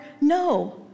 No